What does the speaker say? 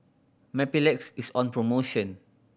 Mepilex is on promotion